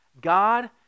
God